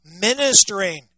ministering